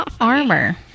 armor